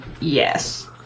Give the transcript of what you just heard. Yes